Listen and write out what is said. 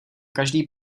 každý